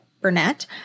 Burnett